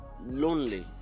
lonely